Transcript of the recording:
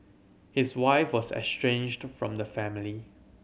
his wife was estranged from the family